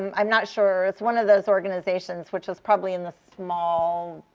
and i'm not sure. it's one of those organizations, which was probably in the small